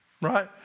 right